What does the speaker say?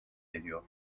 ediyor